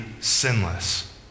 sinless